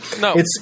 No